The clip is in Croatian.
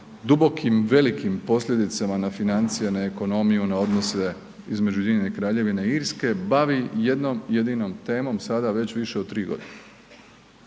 dubokim velikim posljedicama na financije, na ekonomiju, na odnose između Ujedinjene Kraljevine i Irske bavi jednom jedinom temom sada već više od tri godine.